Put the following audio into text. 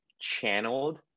channeled